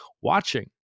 watching